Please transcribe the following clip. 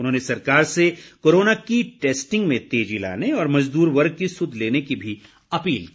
उन्होंने सरकार से कोरोना की टैस्टिंग में तेजी लाने और मजदूर वर्ग की सुध लेने की भी अपील की